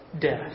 death